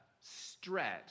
Stretch